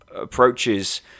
approaches